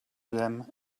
them